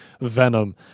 Venom